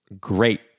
great